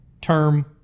term